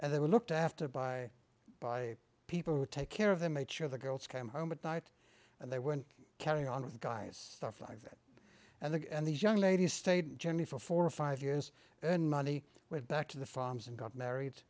and they were looked after by by people who would take care of them make sure the girls came home at night and they were carrying on with guys stuff like that and that and these young ladies stayed in germany for four or five years and money went back to the farms and got married